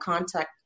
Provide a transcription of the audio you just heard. contact